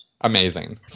amazing